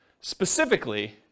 specifically